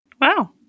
wow